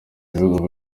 ibihugu